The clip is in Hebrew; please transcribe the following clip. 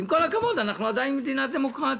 עם כל הכבוד, אנחנו עדיין מדינה דמוקרטית,